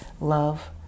love